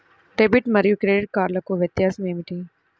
Debit మరియు credit కార్డ్లకు వ్యత్యాసమేమిటీ?